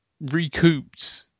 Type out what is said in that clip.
recouped